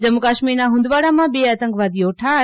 જમ્મુ કાશમીરના હુંદવાડામાં બે આતંકવાદીઓ ઠાર